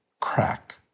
crack